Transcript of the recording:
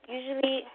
Usually